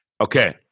Okay